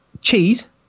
cheese